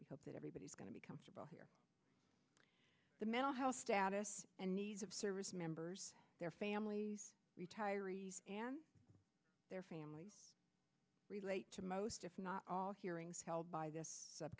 we hope that everybody's going to be comfortable here the mental health status and needs of service members their families retirees and their families relate to most if not all hearings held by th